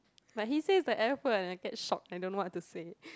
like he says the F word and I get shocked I don't know what to say